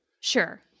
sure